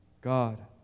God